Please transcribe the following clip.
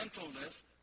gentleness